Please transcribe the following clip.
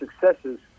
successes